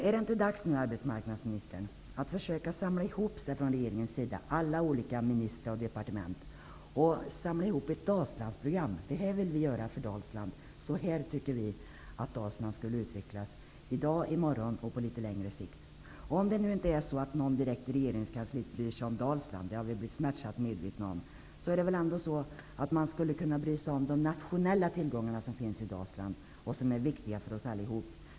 Är det inte nu dags, arbetsmarknadsministern, att regeringen försöker samla ihop sig -- jag tänker då på alla ministrar och departement -- till ett Dalslandsprogram som anger vad man vill göra för Dalsland och hur man vill att Dalsland skall utvecklas i dag, i morgon och på litet längre sikt? Om det nu inte är någon i regeringskansliet som direkt bryr sig om Dalsland -- det har vi blivit smärtsamt medvetna om -- skulle man väl ändå kunna bry sig om de nationella tillgångar som finns i Dalsland och som är viktiga för oss alla.